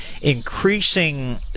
increasing